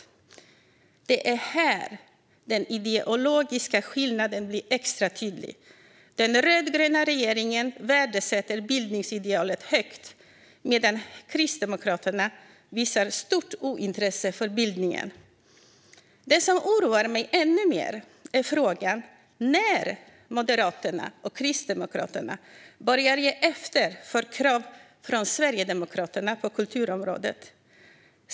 Det är här den ideologiska skillnaden blir extra tydlig: Den rödgröna regeringen värdesätter bildningsidealet högt medan Kristdemokraterna visar stort ointresse för bildningen. Det som oroar mig ännu mer är frågan när Moderaterna och Kristdemokraterna börjar ge efter för krav från Sverigedemokraterna på kulturområdet.